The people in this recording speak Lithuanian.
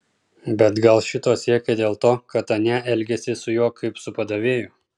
bet gal šito siekė dėl to kad anie elgėsi su juo kaip su padavėju